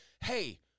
hey